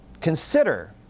consider